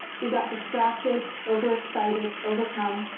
we got distracted, overexcited, overcome.